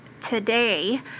today